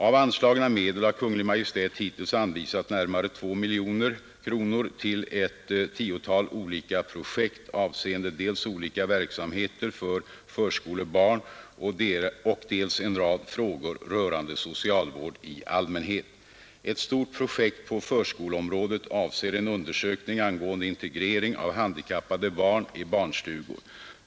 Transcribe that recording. Av anslagna medel har Kungl. Maj:t hittills anvisat närmare 2 miljoner kronor till ett tiotal olika projekt, avseende dels olika verksamheter för förskolebarn, dels en rad frågor rörande socialvård i allmänhet. Ett stort projekt på förskoleområdet avser en undersökning angående integrering av handikappade barn i barnstugor.